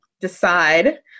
decide